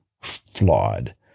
flawed